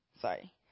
sorry